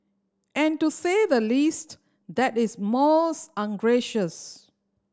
and to say the least that is most ungracious